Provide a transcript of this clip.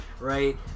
right